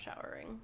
showering